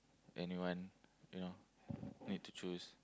anyone you know need to choose